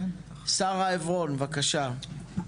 שרה עברון, בבקשה.